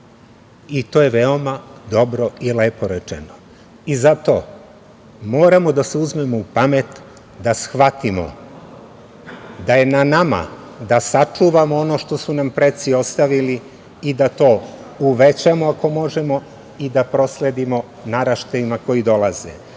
I to je veoma dobro i lepo rečeno. Zato moramo da se uzmemo u pamet da shvatimo da je na nama da sačuvamo ono što su nam preci ostavili i da to uvećamo ako možemo i da prosledimo naraštajima koji dolaze.